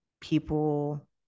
people